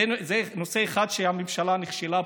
זה נושא אחד שהממשלה נכשלה בו.